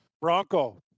Bronco